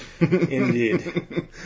indeed